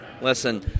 Listen